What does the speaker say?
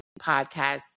podcast